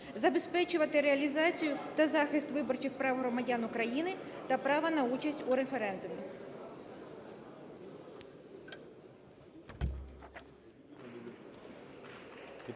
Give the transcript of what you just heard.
забезпечувати реалізацію і захист виборчих прав громадян України та права на участь у референдумі.